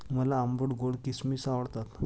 मला आंबट गोड किसमिस आवडतात